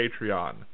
patreon